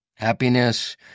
Happiness